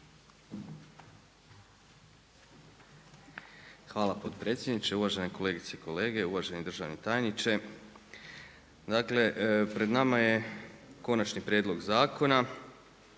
Hvala potpredsjedniče. Uvažene kolegice i kolege, uvaženi tajniče. Dakle pred nama je Konačni prijedlog Zakona